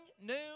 noon